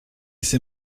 s’est